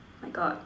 my God